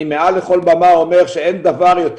מעל לכל במה אני אומר שאין דבר יותר